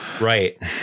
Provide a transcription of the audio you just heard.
Right